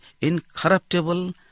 incorruptible